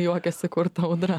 juokiasi kur ta audra